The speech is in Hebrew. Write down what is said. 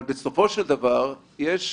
בסופו של דבר יש הוראות.